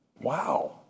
Wow